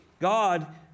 God